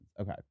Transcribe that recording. Okay